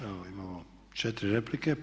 Evo imamo 4 replike.